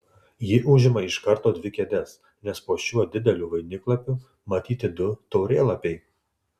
ji užima iš karto dvi kėdes nes po šiuo dideliu vainiklapiu matyti du taurėlapiai